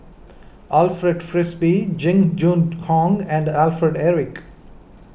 Alfred Frisby Jing Jun Hong and Alfred Eric